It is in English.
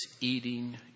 eating